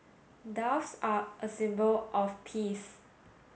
doves are a symbol of peace